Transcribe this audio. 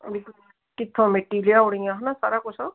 ਕਿਥੋਂ ਮਿੱਟੀ ਲਿਆਉਣੀ ਆਂ ਹੈ ਨਾ ਸਾਰਾ ਕੁਝ